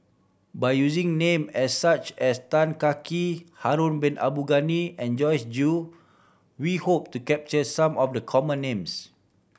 by using name as such as Tan Kah Kee Harun Bin Abdul Ghani and Joyce Jue we hope to capture some of the common names